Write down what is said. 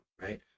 right